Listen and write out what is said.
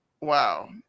wow